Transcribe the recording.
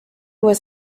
was